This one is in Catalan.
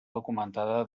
documentada